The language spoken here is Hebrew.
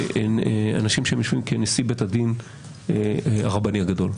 כאנשים שיושבים כנשיא בית הדין הרבני הגדול.